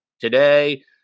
today